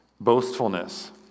boastfulness